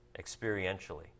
experientially